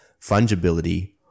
Fungibility